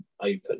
open